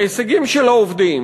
בהישגים של העובדים,